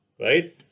right